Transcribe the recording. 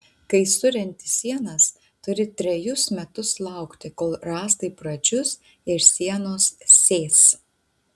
kai surenti sienas turi trejus metus laukti kol rąstai pradžius ir sienos sės